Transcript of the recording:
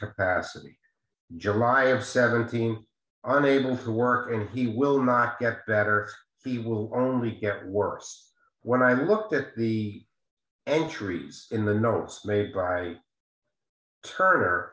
capacity july of seventeen unable to work and he will not get that or he will only get worse when i looked at the entries in the notes made by turner